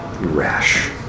Rash